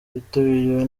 witabiriwe